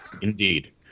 Indeed